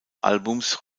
albums